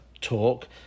talk